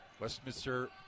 Westminster